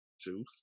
juice